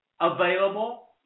available